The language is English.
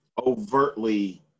overtly